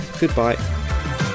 goodbye